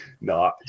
No